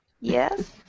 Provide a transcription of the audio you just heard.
yes